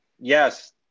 Yes